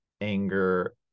anger